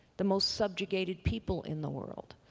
the most subjugated people in the world.